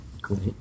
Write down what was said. Great